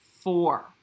four